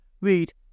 read